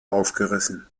aufgerissen